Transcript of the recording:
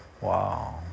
Wow